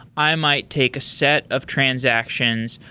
i might take a set of transactions.